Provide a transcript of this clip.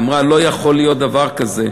אמרה: לא יכול להיות דבר כזה.